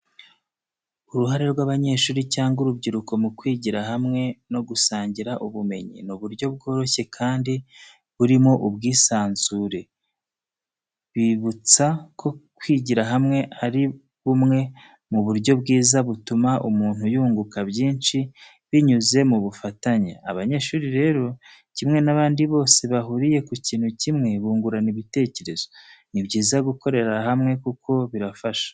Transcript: Uruhare rw’abanyeshuri cyangwa urubyiruko mu kwigira hamwe no gusangira ubumenyi, ni buryo bworoshye kandi burimo ubwisanzure, bibutsa ko kwigira hamwe ari bumwe mu buryo bwiza butuma umuntu yunguka byinshi binyuze mu bufatanye. Abanyeshuri rero kimwe n'abandi bose bahuriye ku kintu kimwe bungurana ibitekerezo. Ni byiza gukorera hamwe kuko birabafasha.